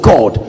God